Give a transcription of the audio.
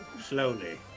Slowly